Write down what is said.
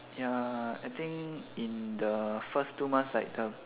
ya I think in the first two months like the